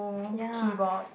ya